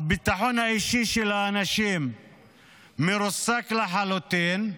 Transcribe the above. הביטחון האישי של האנשים מרוסק לחלוטין.